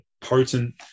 potent